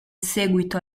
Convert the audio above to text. seguito